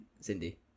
Cindy